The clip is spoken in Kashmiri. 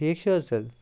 ٹھیٖک چھِ حظ تیٚلہِ